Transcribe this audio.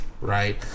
right